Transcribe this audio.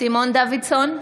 סימון דוידסון,